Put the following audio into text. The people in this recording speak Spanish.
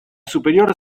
superior